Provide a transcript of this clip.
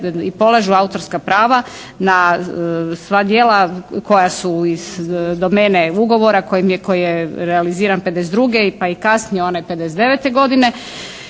i polažu autorska prava na sva djela koja su iz domene ugovora koji je realiziran '52. pa i kasnije onaj '59. godine.